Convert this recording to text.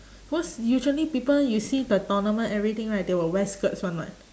cause usually people you see the tournament everything right they will wear skirts [one] [what]